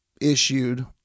issued